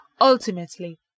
Ultimately